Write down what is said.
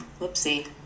Whoopsie